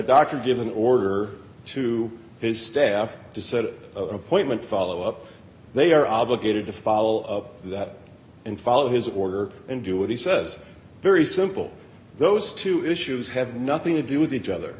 doctor give an order to his staff to set an appointment follow up they are obligated to follow all of that and follow his order and do what he says very simple those two issues have nothing to do with each other